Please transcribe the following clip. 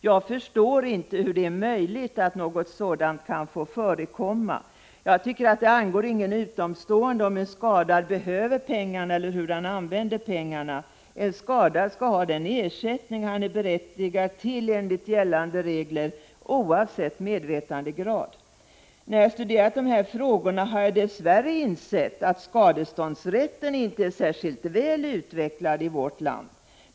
Jag förstår inte hur det är möjligt att något sådant kan få förekomma. Jag tycker att det inte angår någon utomstående om en skadad behöver pengarna eller hur han använder pengarna. En skadad skall ha den ersättning han är berättigad till enligt gällande regler, oavsett medvetandegrad. När jag studerat de här frågorna har jag dess värre insett att skadeståndsrätten inte är särskilt väl utvecklad i vårt land.